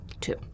Two